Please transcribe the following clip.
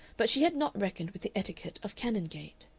but she had not reckoned with the etiquette of canongate.